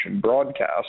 broadcast